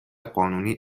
قانونی